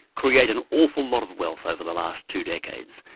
create an awful lot of wealth over the last two decades.